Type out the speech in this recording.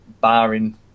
barring